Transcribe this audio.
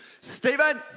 Stephen